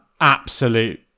absolute